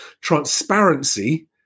transparency